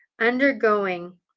undergoing